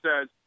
says